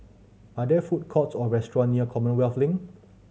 are there food courts or restaurant near Commonwealth Link